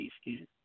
skin